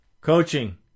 Coaching